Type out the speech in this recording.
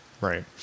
Right